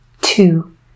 Two